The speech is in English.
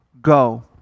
Go